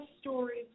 stories